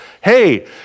hey